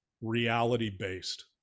reality-based